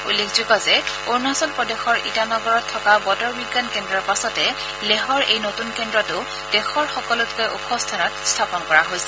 উল্লেখযোগ্য যে অৰুণাচল প্ৰদেশৰ ইটানগৰত থকা বতৰ বিজ্ঞান কেন্দ্ৰৰ পাছতে লেহৰ এই নতুন কেন্দ্ৰটো দেশৰ সকলোতকৈ ওখ স্থানত স্থাপন কৰা হৈছে